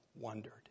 wondered